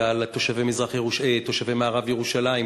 ועל תושבי מערב ירושלים,